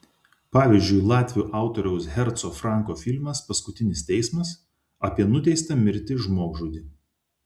pavyzdžiui latvių autoriaus herco franko filmas paskutinis teismas apie nuteistą mirti žmogžudį